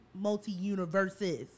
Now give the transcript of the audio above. multi-universes